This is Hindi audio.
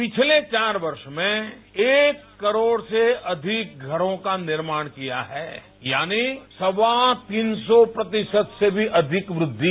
पिछले चार वर्ष में एक करोड़ से अधिक घरों का निर्माण किया है यानि सवा तीन सौ प्रतिशत से भी अधिक वृद्धि